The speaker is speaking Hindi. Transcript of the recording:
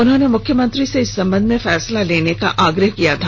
उन्होंने मुख्यमंत्री से इस बाबत फैसला लेने का आग्रह किया था